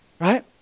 right